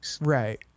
Right